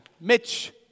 Mitch